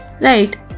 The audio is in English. right